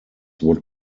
would